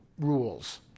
rules